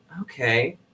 okay